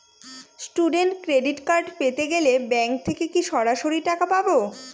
Student credit card পেতে গেলে bank থেকে কি সরাসরি টাকা পাবো?